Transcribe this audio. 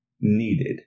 needed